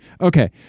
Okay